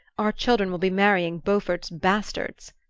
our children will be marrying beaufort's bastards.